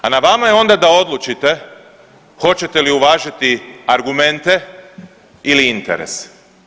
A na vama je onda da odlučite hoćete li uvažiti argumente ili interes.